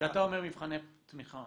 כשאתה אומר מבחני תמיכה